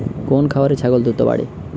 কোন খাওয়ারে ছাগল দ্রুত বাড়ে?